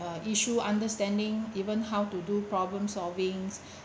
uh issue understanding even how to do problem solvings